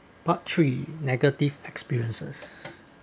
part three negative experiences